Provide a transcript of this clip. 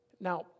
Now